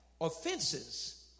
offenses